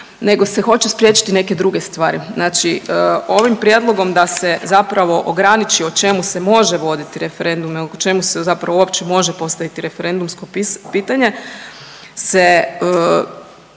nego se hoće spriječiti neke druge stvari. Znači ovim prijedlogom da se zapravo ograničiti o čemu se može voditi referendum, o čemu se zapravo uopće može postaviti referendumsko pitanje